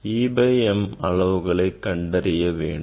e by m அளவுகளை கண்டறிய வேண்டும்